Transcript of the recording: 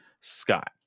Scott